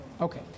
Okay